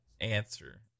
answer